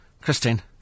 Christine